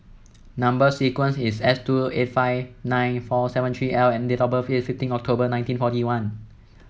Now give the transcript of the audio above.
number sequence is S two eight five nine four seven three L and date of birth is fifteen October nineteen forty one